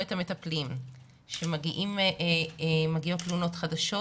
את המטפלים בזמן שמגיעות תלונות חדשים,